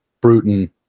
Bruton